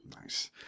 nice